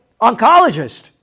oncologist